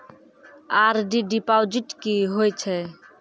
RD deposit की होय छै?